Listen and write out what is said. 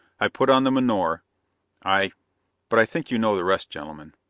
i put on the menore i but i think you know the rest, gentlemen.